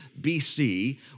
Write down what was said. BC